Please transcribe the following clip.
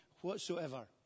whatsoever